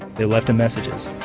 they left him messages.